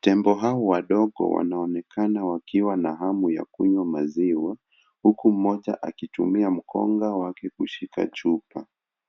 Tembo hawa wadogo wanaonekana wakiwa na hamu ya kunywa maziwa huku mmoja akitumia mkonga wake kushika chupa.